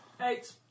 Eight